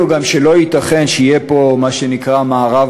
הם הבינו גם שלא ייתכן שיהיה פה מה שנקרא מערב